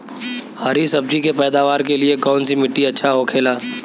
हरी सब्जी के पैदावार के लिए कौन सी मिट्टी अच्छा होखेला?